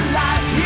life